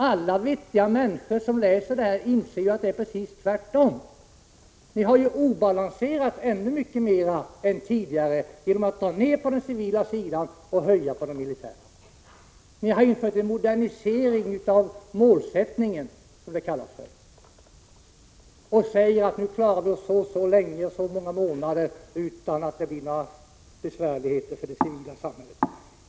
Alla vettiga människor som läser det här inser att det är precis tvärtom — ni har obalanserat ännu mycket mer än tidigare genom att dra ned på anslagen till den civila sidan och höja anslagen till den militära. Ni har gjort en modernisering av målsättningen, som det kallas, och säger att nu klarar vi oss så och så många månader utan att det blir några besvärligheter för det civila samhället.